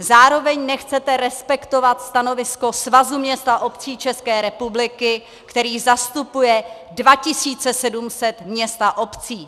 Zároveň nechcete respektovat stanovisko Svazu měst a obcí České republiky, který zastupuje 2 700 měst a obcí.